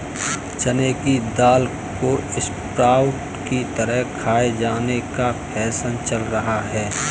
चने की दाल को स्प्रोउट की तरह खाये जाने का फैशन चल रहा है